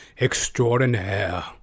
extraordinaire